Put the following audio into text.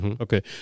Okay